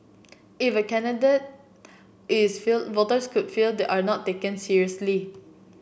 if a candidate is fielded voters could feel they are not taken seriously